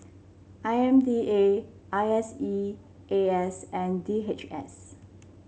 I M D A I S E A S and D H S